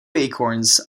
acorns